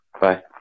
bye